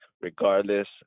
regardless